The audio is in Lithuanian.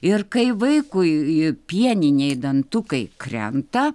ir kai vaikui pieniniai dantukai krenta